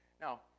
Now